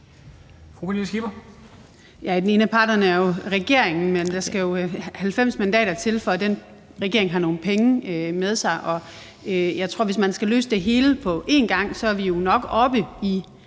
Den ene af parterne er jo regeringen, men der skal jo 90 mandater til, for at den regering har nogle penge med sig. Og jeg tror, at hvis man skal løse det hele på en gang, så er vi jo nok oppe